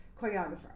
choreographer